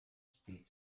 speed